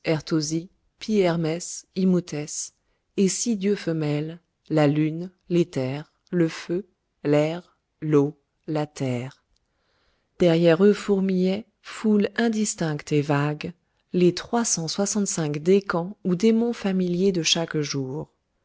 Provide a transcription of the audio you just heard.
et six dieux femelles la lune l'éther le feu l'air l'eau la terre derrière eux fourmillaient foule indistincte et vague les trois cent soixante-cinq décans ou démons familiers de chaque jour